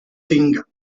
tinga